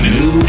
New